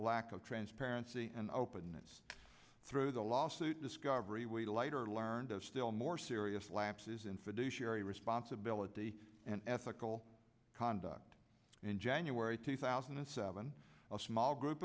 lack of transparency and openness through the lawsuit discovery we later learned of still more serious lapses in fiduciary responsibility and ethical conduct in january two thousand and seven a small group